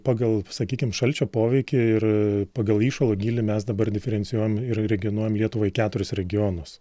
pagal pasakykim šalčio poveikį ir pagal įšalo gylį mes dabar diferencijuojam ir regionuojam lietuvą į keturis regionus